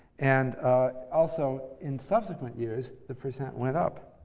and also in subsequent years, the percentage went up.